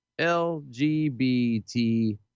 LGBT